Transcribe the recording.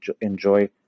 enjoy